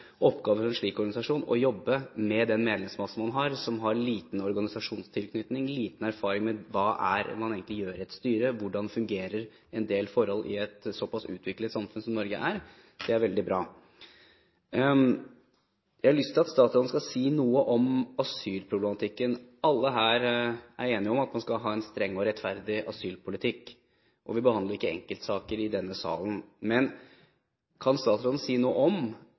for en slik organisasjon å jobbe med den medlemsmassen man har, som har liten organisasjonstilknytning, liten erfaring med hva man egentlig gjør i et styre, hvordan en del forhold fungerer i et såpass utviklet samfunn som Norge. Det er veldig bra. Jeg har lyst til at statsråden skal si noe om asylproblematikken. Alle her er enige om at man skal ha en streng og rettferdig asylpolitikk, og vi behandler ikke enkeltsaker i denne salen. Men kan statsråden si noe om